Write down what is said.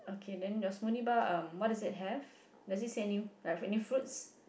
K then your smoothie bar um what does it have does it say any have any fruits